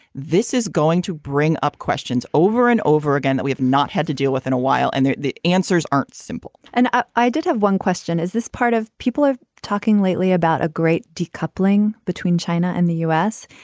this is going to bring up questions over and over again that we have not had to deal with in a while and the answers aren't simple and i did have one question is this part of people ah talking lately about a great decoupling between china and the u s.